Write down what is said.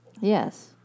Yes